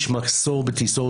יש מחסור בטיסות,